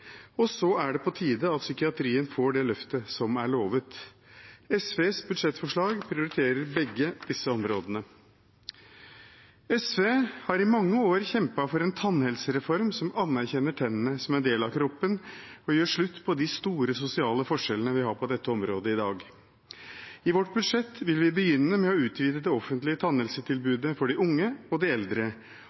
Og så er det på tide at psykiatrien får det løftet som er lovet. SVs budsjettforslag prioriterer begge disse områdene. SV har i mange år kjempet for en tannhelsereform som anerkjenner tennene som en del av kroppen og gjør slutt på de store sosiale forskjellene vi har på dette området i dag. I vårt budsjett vil vi begynne med å utvide det offentlige tannhelsetilbudet for de unge og de eldre,